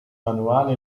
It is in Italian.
manuali